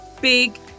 big